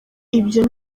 ibyo